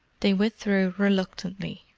they withdrew reluctantly,